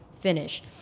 finish